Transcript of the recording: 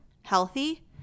healthy